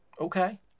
okay